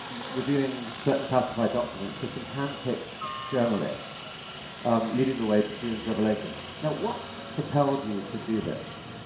revealing certain classified documents to some handpicked journalists leading the way to june's revelations. now, what propelled you to do this?